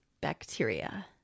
bacteria